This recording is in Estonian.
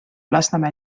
lasnamäe